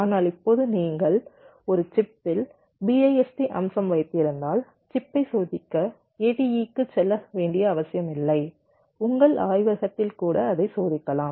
ஆனால் இப்போது நீங்கள் ஒரு சிப்பில் BIST அம்சம் வைத்திருந்தால் சிப்பை சோதிக்க ATE க்குச் செல்ல வேண்டிய அவசியமில்லை உங்கள் ஆய்வகத்தில் கூட அதைச் சோதிக்கலாம்